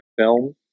Film